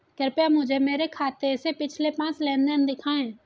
कृपया मुझे मेरे खाते से पिछले पांच लेनदेन दिखाएं